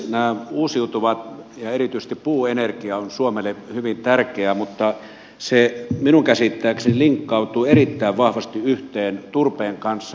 nämä uusiutuvat ja erityisesti puuenergia ovat suomelle hyvin tärkeitä mutta se minun käsittääkseni linkittyy erittäin vahvasti yhteen turpeen kanssa